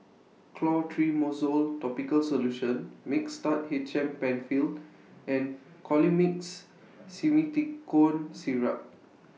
Clotrimozole Topical Solution Mixtard H M PenFill and Colimix Simethicone Syrup